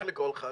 איך לקרוא לך?